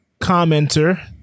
commenter